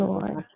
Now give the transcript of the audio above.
Lord